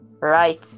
right